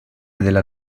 della